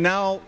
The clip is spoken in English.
and now